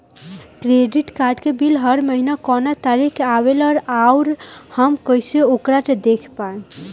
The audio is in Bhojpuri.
क्रेडिट कार्ड के बिल हर महीना कौना तारीक के आवेला और आउर हम कइसे ओकरा के देख पाएम?